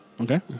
Okay